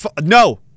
no